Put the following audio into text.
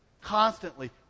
constantly